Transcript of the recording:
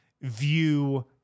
view